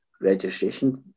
registration